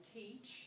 teach